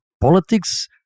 politics